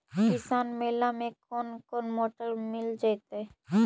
किसान मेला में कोन कोन मोटर मिल जैतै?